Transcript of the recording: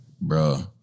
bro